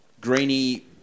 Greeny